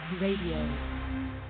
Radio